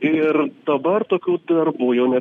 ir dabar tokių darbų jau ne